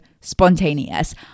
spontaneous